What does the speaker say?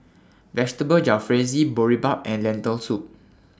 Vegetable Jalfrezi Boribap and Lentil Soup